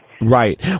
Right